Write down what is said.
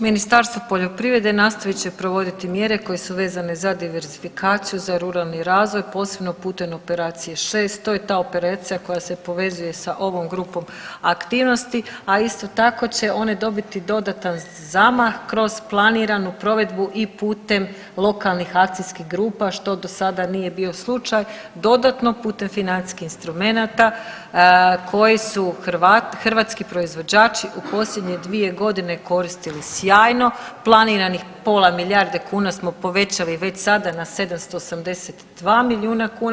Ministarstvo poljoprivrede nastavit će provoditi mjere koje su vezane za diversifikaciju za ruralni razvoj, posebno putem operacije 6. To je ta operacija koja se povezuje sa ovom grupom aktivnosti, a isto tako će one dobiti dodatan zamah kroz planiranu provedbu i putem lokalnih akcijskih grupa, što do sada nije bilo slučaj, dodatno putem financijskih instrumenata koji su hrvatski proizvođači u posljednje 2.g. koristili sjajno, planiranih pola milijarde kuna smo povećali već sada na 782 milijuna kuna.